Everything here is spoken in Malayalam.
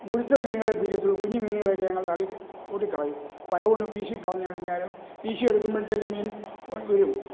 മുഴുത്ത മീനുകളെ പിടിക്കത്തുള്ളു കുഞ്ഞു മീനുകളെയൊക്കെ ഞങ്ങൾ തള്ളി തോട്ടില് കളയും വലകൊണ്ട് വീശി കളഞ്ഞ് കളഞ്ഞാലും വീശി എടുക്കുമ്പോഴത്തേക്ക് മീന് വരും